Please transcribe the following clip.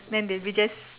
then they'll be just